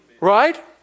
Right